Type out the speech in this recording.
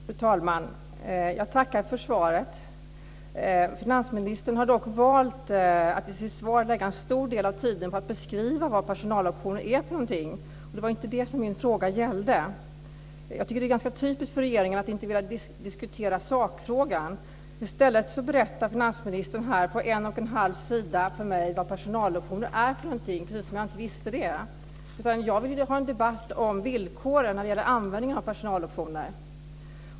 Fru talman! Jag tackar för svaret. Finansministern har dock valt att i sitt svar lägga en stor del av tiden på att beskriva vad personaloptioner är för någonting, och det var inte det som min fråga gällde. Jag tycker att det är ganska typiskt för regeringen att inte vilja diskutera sakfrågan. I stället berättar finansministern här på en och en halv sida för mig vad personaloptioner är för någonting, precis som om jag inte visste det. Jag vill ha en debatt om villkoren när det gäller användningen av personaloptioner.